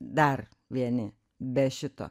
dar vieni be šito